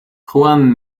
juan